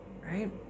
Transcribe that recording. right